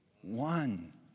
one